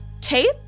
Tape